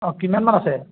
অঁ কিমানমান আছে